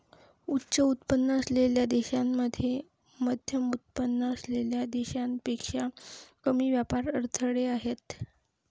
उच्च उत्पन्न असलेल्या देशांमध्ये मध्यमउत्पन्न असलेल्या देशांपेक्षा कमी व्यापार अडथळे आहेत